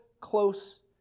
close